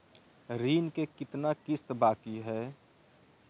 ऋण के कितना किस्त बाकी है?